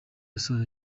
yasoje